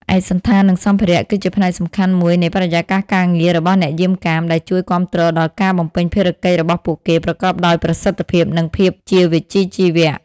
ឯកសណ្ឋាន និងសម្ភារៈ គឺជាផ្នែកសំខាន់មួយនៃបរិយាកាសការងាររបស់អ្នកយាមកាម ដែលជួយគាំទ្រដល់ការបំពេញភារកិច្ចរបស់ពួកគេប្រកបដោយប្រសិទ្ធភាព និងភាពជាវិជ្ជាជីវៈ។